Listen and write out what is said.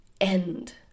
end